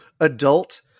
adult